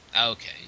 Okay